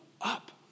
up